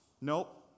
nope